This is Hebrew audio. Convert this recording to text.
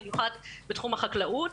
במיוחד בתחום החקלאות